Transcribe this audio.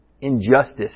injustice